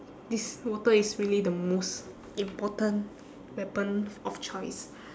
this water is really the most important weapon of choice